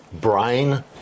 brine